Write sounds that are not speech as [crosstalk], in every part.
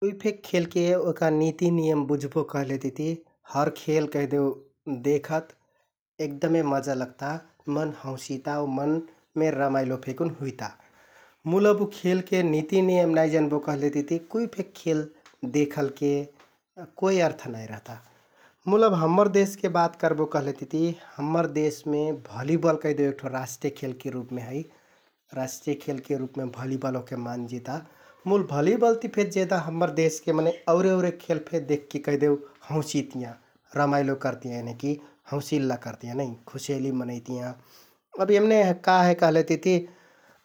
कुइ फेक खेलके ओहका निति, नियम बुझबो कहलेतिति हरखेल कैहदेउ देखत एगदमे मजा लगता, मन हौंसिता आउ मनमे रमाइलो फेकुन हुइता । मुल अब उ खेलके निति, नियम नाइ जनबो कहलेतिति कुइ फेक खेल देखलके कोइ अर्थ नाइ रहता । मुल अब हम्मर देशके बात करबो कहलेतिति हम्मर देशमे भलिबल कैहदेउ एक ठो राष्‍ट्रिय खेलके रुपमे है । राष्‍ट्रिय खेलके रुपमे भलिबल ओहके मानजिता मुल भलिबल ति फेक जेदा हम्मर देशके मनैं औरे औरे खेल फे देखेके कैहदेउ हौंसितियाँ, रमाइलो करतियाँ यनिकि हौंसिल्ला करतियाँ नै, खुसयाली मनैतियाँ । अब यम्‍ने का है कहलेतिति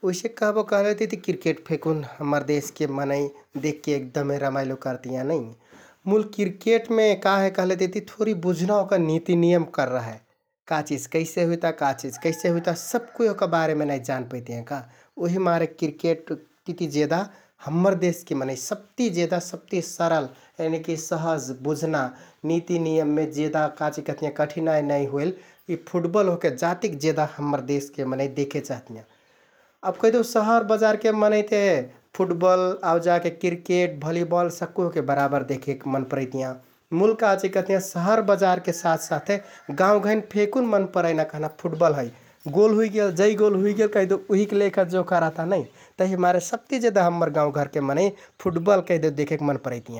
उइसेक कहबो कहलेतिति क्रिक्रेट फेकुन हम्मर देशके मनैं देखके एगदमे रमाइलो करतियाँ नै मुल क्रिकेटमे काहे कहलेतिति थोरि बुझना ओहका निति, नियम कररा हे । का चिझ कैसे हुइता, का चिझ कैसे हुइता, [noise] सबकुइ ओहका बारेमे नाइ जान पैतियाँ का । उहिमारे क्रिकेट तिति जेदा हम्मर देशके मनैं सबति जेदा, सबति सरल यानिकि सहज बुझना, निति नियममे जेदा काचिकहतियाँ कठिनाइ नाइ होइल यि फुटबल ओहके जातिक जेदा हम्मर देशके मनैं देखे चहतियाँ । अब कैहदेउ शहर बजारके मनैं ते फुटबल आउ जाके क्रिकेट, भलिबल सक्कु ओहके बराबर देखेक मन परैतियाँ मुल काचिकहतयियाँ शहर बजारके [noise] साथ साथे गाउँ घैंन फेकुन मन परैना कहना फुटबल है । गोल हुइगेल, जै गोल हुइगेल उहिल कैहदेउ लेखा जोखा रहता नै तहिमारे सबति जेदा हम्मर गाउँघरके मनैं फुटबल कैहदेउ देखेक मन परैतियाँ ।